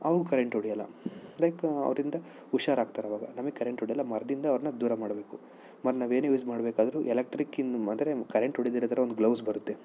ಅವ್ನಿಗೆ ಕರೆಂಟ್ ಹೊಡೆಯೋಲ್ಲ ಲೈಕ್ ಅವ್ರಿಂದ ಹುಷಾರಾಗ್ತಾರೆ ಅವಾಗ ನಮಗೆ ಕರೆಂಟ್ ಹೊಡೆಯೋಲ್ಲ ಮರದಿಂದ ಅವರನ್ನ ದೂರ ಮಾಡಬೇಕು ಮರ ನಾವು ಏನೇ ಯೂಸ್ ಮಾಡಬೇಕಾದ್ರು ಎಲೆಕ್ಟ್ರಿಕ್ಕಿಂದು ಆದ್ರೆ ಕರೆಂಟ್ ಹೊಡೆಯದೆ ಇರೋ ಥರ ಒಂದು ಗ್ಲೌಸ್ ಬರುತ್ತೆ